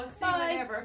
Bye